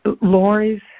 Lori's